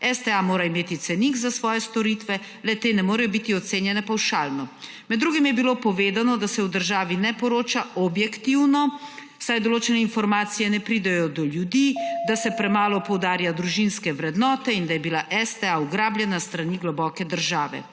STA mora imeti cenik za svoje storitve le-te ne morejo biti ocenjene pavšalno. Med drugim je bilo povedano, da se v državi ne poroča objektivno, saj določene informacije ne pridejo do ljudi, da se premalo poudarja družinske vrednote in da je bila STA ugrabljena s strani globoke države.